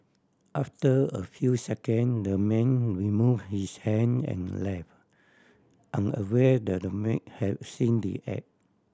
after a few second the man remove his hand and left unaware that the maid have seen the act